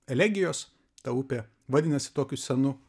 elegijos ta upė vadinasi tokiu senu